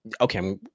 okay